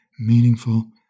meaningful